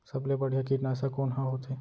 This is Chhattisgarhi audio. सबले बढ़िया कीटनाशक कोन ह होथे?